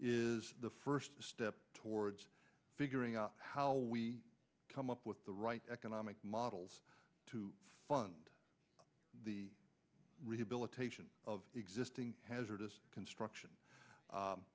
is the first step towards figuring out how we come up with the right economic models to fund the rehabilitation of existing hazardous construction